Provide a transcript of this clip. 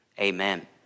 Amen